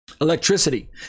electricity